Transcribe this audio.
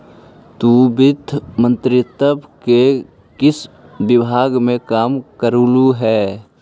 तु वित्त मंत्रित्व के किस विभाग में काम करलु हे?